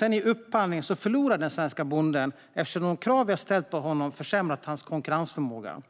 men i upphandlingen förlorar den svenska bonden eftersom de krav vi ställt på honom försämrat hans konkurrensförmåga.